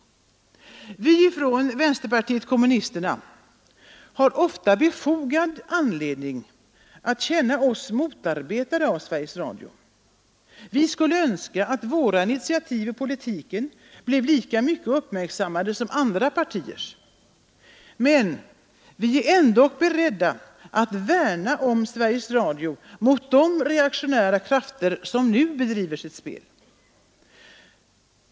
Vi i vänsterpartiet kommunisterna har ofta befogad anledning att känna oss motarbetade av Sveriges Radio. Vi skulle önska att våra initiativ i politiken bleve lika mycket uppmärksammade som andra partiers, men vi är ändock beredda att värna om Sveriges Radio mot de reaktionära krafter som nu bedriver sitt spel.